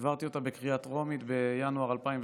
העברתי אותה בקריאה טרומית בינואר 2018,